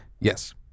Yes